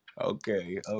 okay